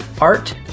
art